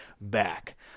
back